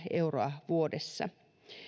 euroa vuodessa